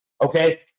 Okay